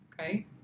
okay